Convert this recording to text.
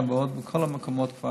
היה כבר בכל המקומות.